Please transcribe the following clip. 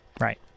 Right